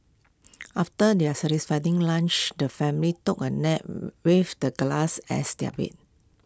after their satisfying lunch the family took A nap with the glass as their bed